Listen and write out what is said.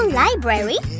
library